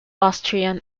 austrian